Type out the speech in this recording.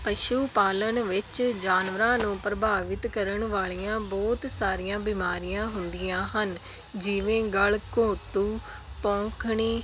ਪਸ਼ੂ ਪਾਲਣ ਵਿੱਚ ਜਾਨਵਰਾਂ ਨੂੰ ਪ੍ਰਭਾਵਿਤ ਕਰਨ ਵਾਲੀਆਂ ਬਹੁਤ ਸਾਰੀਆਂ ਬਿਮਾਰੀਆਂ ਹੁੰਦੀਆਂ ਹਨ ਜਿਵੇਂ ਗਲ ਘੋਟੂ ਪੋਂਖਣੀ